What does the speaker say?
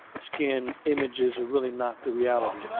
skinned images are really not the reality.